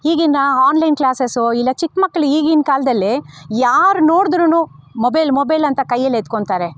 ಈಗಿನ ಹಾನ್ಲೈನ್ ಕ್ಲಾಸಸೊ ಇಲ್ಲ ಚಿಕ್ಮಕ್ಳು ಈಗಿನ ಕಾಲದಲ್ಲಿ ಯಾರು ನೋಡಿದ್ರೂ ಮೊಬೈಲ್ ಮೊಬೈಲ್ ಅಂತ ಕೈಯ್ಯಲ್ಲಿ ಎತ್ಕೊಳ್ತಾರೆ